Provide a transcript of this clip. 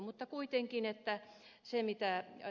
mutta kuitenkin että se mitä he